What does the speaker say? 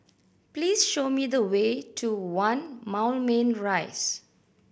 please show me the way to One Moulmein Rise